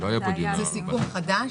זה סיכום חדש?